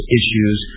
issues